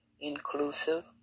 inclusive